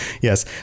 yes